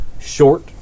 short